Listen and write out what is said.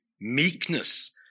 meekness